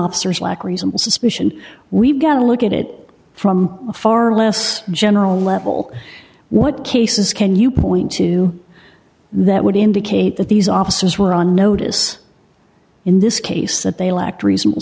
officers lack reasonable suspicion we've got to look at it from a far less general level what cases can you point to that would indicate that these officers were on notice in this case that they lacked reasonable